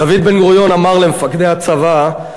דוד בן-גוריון אמר למפקדי הצבא: